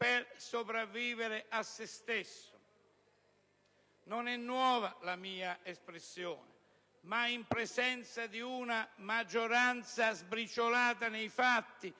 per sopravvivere a se stesso. Non è nuova la mia espressione. Ma in presenza di una maggioranza sbriciolata nei fatti